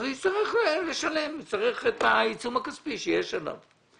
אז הוא יצטרך לשלם את העיצום הכספי שיוטל עליו.